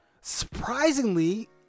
Surprisingly